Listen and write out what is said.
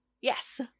yes